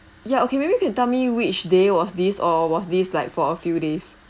ya okay maybe you can tell me which day was this or was this like for a few days